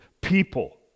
people